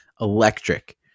electric